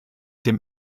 dem